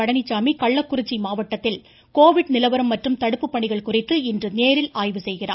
பழனிசாமி கள்ளக்குறிச்சி மாவட்டத்தில் கோவிட் நிலவரம் மற்றும் தடுப்பு பணிகள் குறித்து இன்று நேரில் ஆய்வு செய்கிறார்